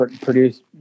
produce